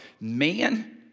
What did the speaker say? Man